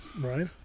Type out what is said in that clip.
Right